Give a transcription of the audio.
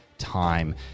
time